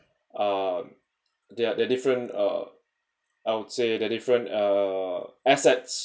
um they they're different uh I would say that different uh assets